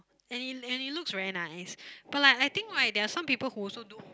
and it and it looks very nice but like I think like there are some people who also do